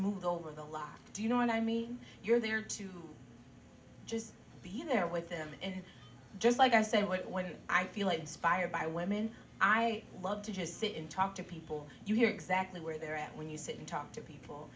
smooth over the law do you know what i mean you're there to just being there with them and just like i said when i feel like inspired by women i love to just sit and talk to people you hear exactly where they're at when you sit and talk to people